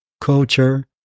culture